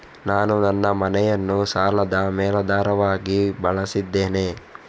ನಾನು ನನ್ನ ಮನೆಯನ್ನು ಸಾಲದ ಮೇಲಾಧಾರವಾಗಿ ಬಳಸಿದ್ದೇನೆ